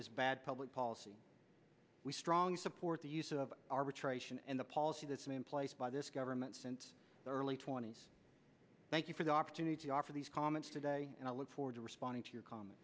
act is bad public policy we strongly support the use of arbitration and the policy that's in place by this government since the early twenty's thank you for the opportunity to offer these comments today and i look forward to responding to your comm